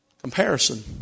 Comparison